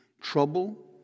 trouble